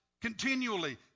continually